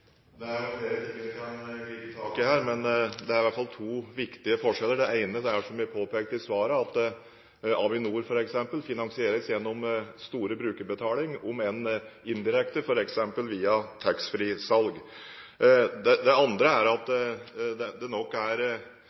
Det er flere ting en kan gripe tak i her, men det er i hvert fall to viktige forskjeller. Den ene er, som jeg påpekte i svaret, at f.eks. Avinor finansieres gjennom store brukerbetalinger, om enn indirekte, bl.a. gjennom taxfree-salg. Den andre er at det nok er